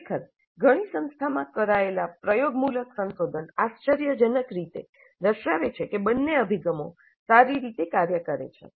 ખરેખર ઘણી સંસ્થામાં કરાયેલા પ્રયોગમૂલક સંશોધન આશ્ચર્યજનક રીતે દર્શાવે છે કે બંને અભિગમો સારી રીતે કાર્ય કરે છે